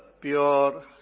pure